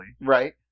Right